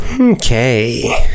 Okay